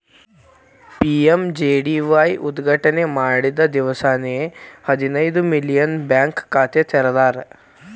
PMJDY ಉದ್ಘಾಟನೆ ಮಾಡಿದ್ದ ದಿವ್ಸಾನೆ ಹದಿನೈದು ಮಿಲಿಯನ್ ಬ್ಯಾಂಕ್ ಖಾತೆ ತೆರದಾರ್